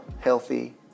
healthy